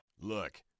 Look